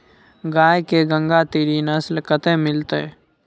गाय के गंगातीरी नस्ल कतय मिलतै?